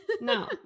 no